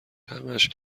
همش